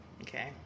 Okay